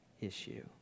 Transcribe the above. issue